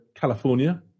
California